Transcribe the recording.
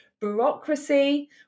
bureaucracy